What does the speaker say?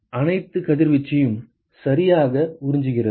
இது அனைத்து கதிர்வீச்சையும் சரியாக உறிஞ்சுகிறது